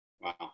Wow